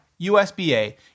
USB-A